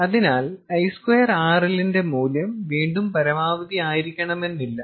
അതിനാൽ I2RL ന്റെ മൂല്യം വീണ്ടും പരമാവധി ആയിരിക്കണമെന്നില്ല